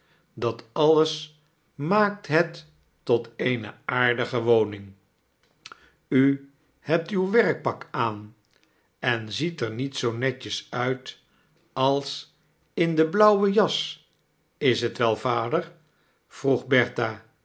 dat alles maakt het tot eene aardige woning u hebt uw werkpak aan en ziet er niet zoo net jes uit als in de blauwe jas is t wel vader vroeg